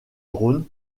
dronne